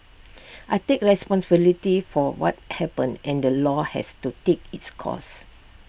I take responsibility for what happened and the law has to take its course